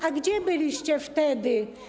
A gdzie byliście wtedy?